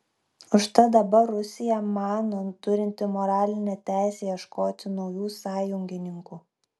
užtat dabar rusija mano turinti moralinę teisę ieškoti naujų sąjungininkų